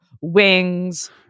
wings